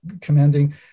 commanding